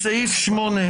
בסעיף 8,